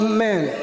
Amen